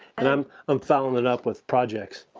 and i'm um fouling it up with projects.